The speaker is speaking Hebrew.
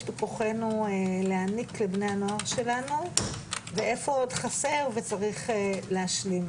בכוחנו להעניק לבני הנוער שלנו ואיפה עוד חסר וצריך להשלים.